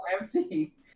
empty